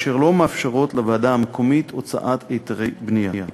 אשר לא מאפשרות לוועדה המקומית להוציא היתרי בנייה.